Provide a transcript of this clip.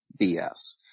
BS